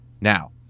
Now